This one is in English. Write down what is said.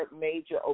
major